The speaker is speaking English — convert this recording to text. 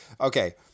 Okay